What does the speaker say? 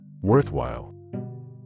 Worthwhile